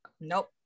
Nope